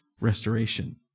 restoration